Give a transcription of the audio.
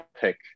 pick